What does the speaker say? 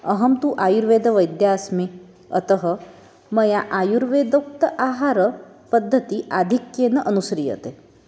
अहं तु आयुर्वेदवैद्या अस्मि अतः मया आयुर्वेदोक्ता आहारपद्धतिः आधिक्येन अनुस्रियते